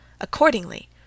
Accordingly